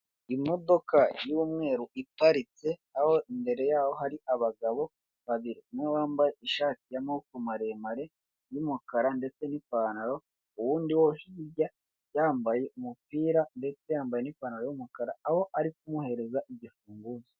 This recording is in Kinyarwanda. Imodoka y'umweru iparitse, aho imbere yaho hari abagabo babiri, umwe wambaye ishati y'amaboko maremare y'umukara ndetse n'ipantaro, uwundi wo hirya yambaye umupira ndetse yambaye n'ipantaro y'umukara, aho ari kumuhereza igifunguzo.